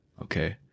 okay